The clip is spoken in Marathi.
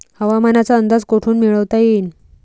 हवामानाचा अंदाज कोठून मिळवता येईन?